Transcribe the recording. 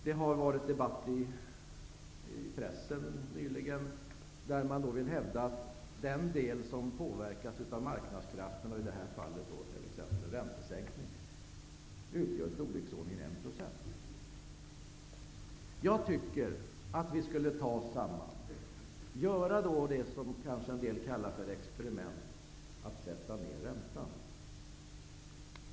Det har varit en debatt i pressen nyligen där man hävdar att den del som påverkas av marknadskrafterna, i det här fallet t.ex. en räntesänkning, utgör ca 1 %. Jag tycker att vi skall ta oss samman och göra det som en del kallar för ett experiment, nämligen att sätta ner räntan.